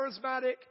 charismatic